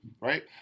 right